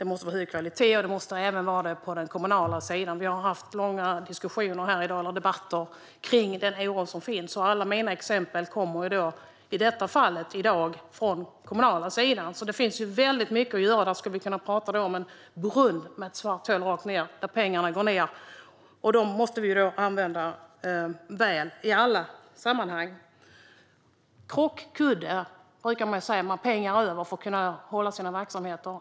Det måste vara hög kvalitet även på den kommunala sidan. Vi har haft långa debatter om den oro som finns, och alla mina exempel kommer här i dag från den kommunala sidan. Det finns alltså mycket att göra där. Det är ett svart hål där pengarna går ned - pengar som vi måste använda väl i alla sammanhang. Man brukar tala om en krockkudde när man har pengar över för att hålla igång verksamheterna.